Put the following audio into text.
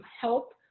help